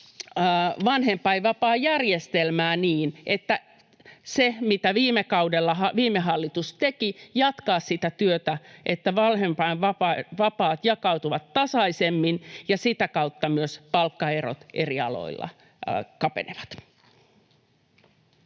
vanhempainvapaajärjestelmää niin, että jatketaan sitä työtä, mitä viime kaudella viime hallitus teki, että vanhempainvapaat jakautuvat tasaisemmin, ja sitä kautta myös palkkaerot eri aloilla kapenevat.